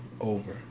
Over